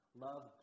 love